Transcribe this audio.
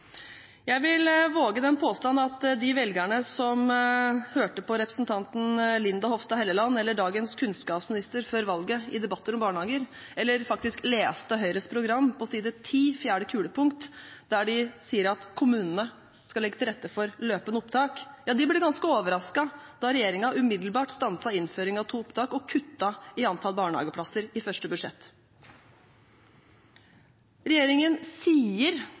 Jeg vil våge den påstand at de velgerne som hørte på representanten Linda Hofstad Helleland eller dagens kunnskapsminister før valget i debatter om barnehager, eller faktisk leste Høyres program – på side 10, fjerde kulepunkt, der de sier at kommunene skal legge til rette for løpende opptak – ble ganske overrasket da regjeringen ganske umiddelbart stanset innføringen av to opptak og kuttet i antall barnehageplasser i første budsjett. Regjeringen sier